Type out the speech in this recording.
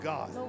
God